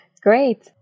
Great